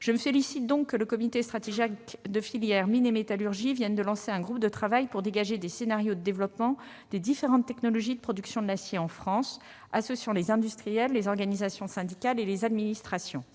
Je me félicite donc que le comité stratégique de filière Mines et métallurgie vienne de lancer un groupe de travail pour dégager des scénarios de développement des différentes technologies de production de l'acier en France associant les industriels, les organisations syndicales et les administrations.